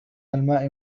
الماء